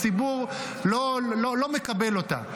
הציבור לא מקבל אותה.